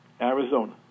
Arizona